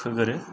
फोग्रोयो